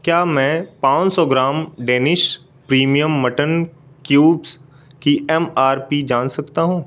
क्या मैं पाँच सौ ग्राम डेनिश प्रीमियम मटन क्यूब्स की एम आर पी जान सकता हूँ